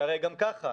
שהרי גם ככה,